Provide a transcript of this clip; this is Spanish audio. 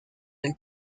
del